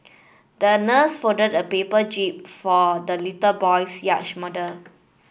the nurse folded a paper jib for the little boy's yacht model